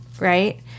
right